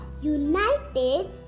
United